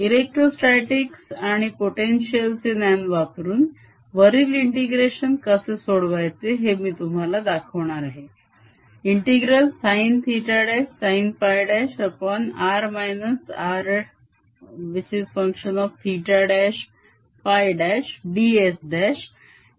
Electrostatics आणि potential चे ज्ञान वापरून वरील integration कसे सोडवायचे हे मी तुम्हाला दाखवणार आहे